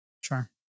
Sure